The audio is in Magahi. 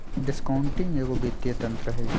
डिस्काउंटिंग एगो वित्तीय तंत्र हइ